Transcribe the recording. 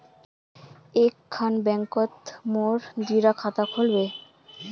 एक खान बैंकोत मोर दुई डा खाता खुल बे?